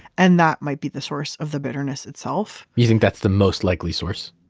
and that might be the source of the bitterness itself you think that's the most likely source?